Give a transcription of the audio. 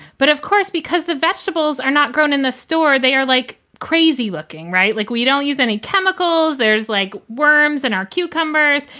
but of course, because the vegetables are not grown in the store, they are like crazy looking. right? like we don't use any chemicals. there's like worms and our cucumbers.